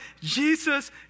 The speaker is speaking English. Jesus